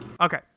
Okay